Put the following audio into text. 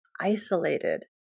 isolated